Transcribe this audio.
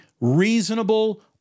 reasonable